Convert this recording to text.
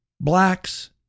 blacks